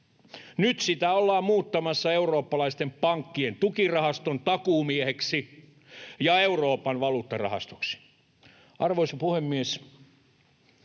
Nyt sitä ollaan muuttamassa eurooppalaisten pankkien tukirahaston takuumieheksi ja Euroopan valuuttarahastoksi. Arvoisa puhemies!